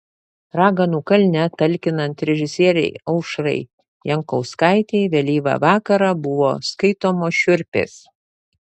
raganų kalne talkinant režisierei aušrai jankauskaitei vėlyvą vakarą buvo skaitomos šiurpės